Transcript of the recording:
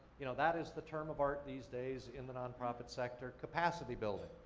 you know that is the term of art these days in the non-profit sector, capacity building.